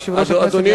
לא,